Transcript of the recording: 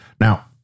Now